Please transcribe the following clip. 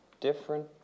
different